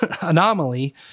anomaly